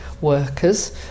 workers